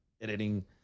editing